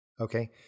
Okay